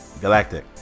Galactic